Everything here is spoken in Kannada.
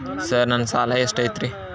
ಸರ್ ನನ್ನ ಸಾಲಾ ಎಷ್ಟು ಐತ್ರಿ?